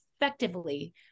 effectively